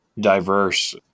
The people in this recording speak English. diverse